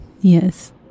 Yes